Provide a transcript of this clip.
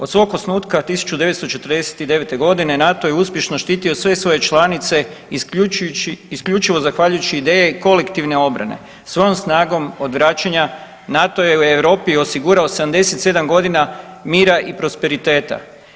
Od svog osnutka 1949. g. NATO je uspješno štitio sve svoje članice isključujući, isključivo zahvaljujući ideji kolektivne obrane, svojom snagom odvraćanja, NATO je u Europi osigurao 77 godina mira i prosperiteta.